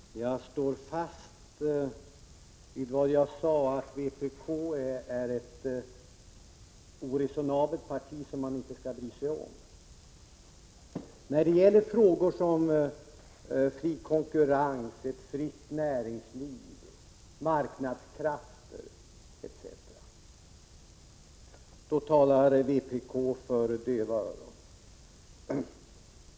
Herr talman! Jag står fast vid vad jag sade, nämligen att vpk är ett oresonabelt parti som man inte skall bry sig om. När det gäller frågor som fri konkurrens, ett fritt näringsliv, marknadskrafter, etc. talar vpk för döva öron.